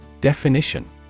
Definition